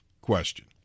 question